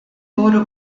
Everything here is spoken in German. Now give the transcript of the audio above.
wurde